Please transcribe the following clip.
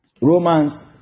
Romans